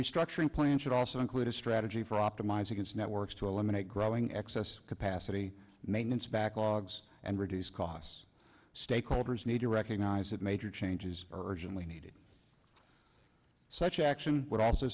restructuring plan should also include a strategy for optimizing its networks to eliminate growing excess capacity maintenance backlogs and reduce costs stakeholders need to recognize that major changes urgently needed such action would also